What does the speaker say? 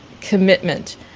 commitment